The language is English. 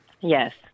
Yes